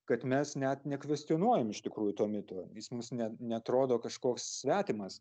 kad mes net nekvestionuojam iš tikrųjų to mito jis mums ne neatrodo kažkoks svetimas